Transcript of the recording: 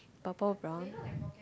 purple brown